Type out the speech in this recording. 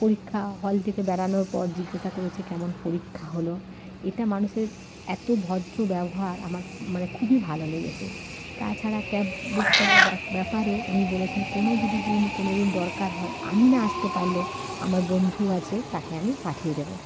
পরীক্ষা হল থেকে বেরোনোর পর জিজ্ঞাসা করেছে কেমন পরীক্ষা হলো এটা মানুষের এত ভদ্র ব্যবহার আমার মানে খুবই ভালো লেগেছে তাছাড়া ক্যাব বুক করার ব্যাপারেও উনি বলেছেন কোনো যদি দিন কোনো দিন দরকার হয় আমি না আসতে পারলেও আমার বন্ধু আছে তাকে আমি পাঠিয়ে দেবো